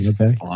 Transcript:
okay